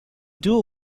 dual